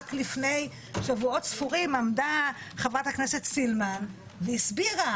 רק לפני שבועות ספורים עמדה חברת הכנסת סילמן והסבירה